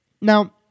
Now